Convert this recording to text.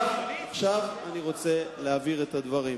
עכשיו אני רוצה להבהיר את הדברים.